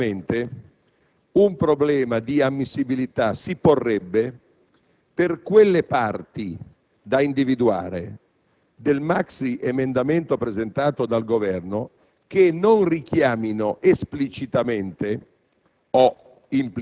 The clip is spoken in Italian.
Effettivamente, un problema di ammissibilità si porrebbe per quelle parti, da individuare, del maxiemendamento presentato dal Governo che non richiamino esplicitamente